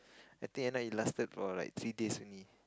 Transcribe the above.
I think it end up it lasted for like three days only